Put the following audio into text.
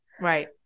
Right